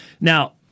Now